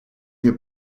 nie